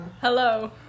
Hello